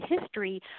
history